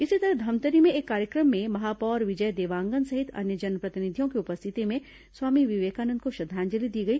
इसी तरह धमतरी में एक कार्यक्रम में महापौर विजय देवांगन सहित अन्य जनप्रतिनिधियों की उपस्थिति में स्वामी विवेकानंद को श्रद्धांजलि दी गई